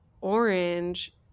orange